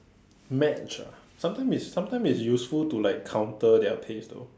match ah sometimes it's sometimes it's useful to like counter their pace though